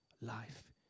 life